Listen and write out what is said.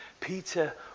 Peter